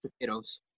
potatoes